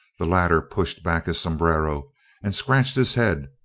the latter pushed back his sombrero and scratched his head,